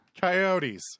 Coyotes